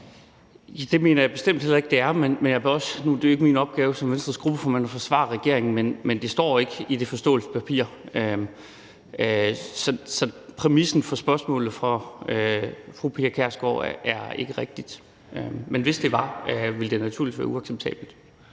Det mener jeg bestemt heller ikke det er, men nu er det jo ikke min opgave som Venstres gruppeformand at forsvare regeringen, men det står ikke i det forståelsespapir, så præmissen for spørgsmålet fra fru Pia Kjærsgaard er ikke rigtig. Men hvis det var, ville det naturligvis være uacceptabelt.